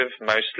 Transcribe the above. mostly